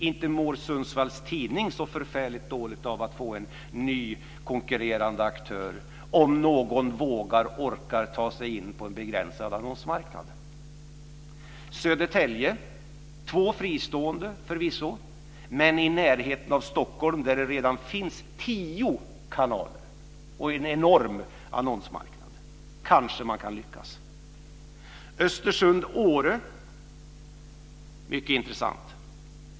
Inte mår Sundsvalls tidning så förfärligt dåligt av att få en ny konkurrerande aktör, om nu någon vågar och orkar att ta sig in på en begränsad annonsmarknad. I Södertälje finns det två fristående kanaler, men Södertälje ligger i närheten av Stockholm där det redan finns tio kanaler och en enorm annonsmarknad. Kanske någon kan lyckas där. Östersund-Åre är mycket intressant.